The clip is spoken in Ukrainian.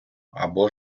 або